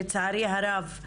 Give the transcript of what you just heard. לצערי הרב,